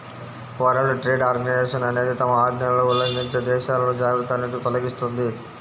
world trade organization అనేది తమ ఆజ్ఞలను ఉల్లంఘించే దేశాలను జాబితానుంచి తొలగిస్తుంది